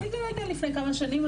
היא הפסיקה לפני כמה שנים,